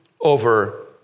over